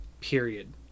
Period